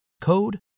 code